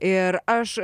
ir aš